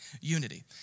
unity